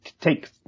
take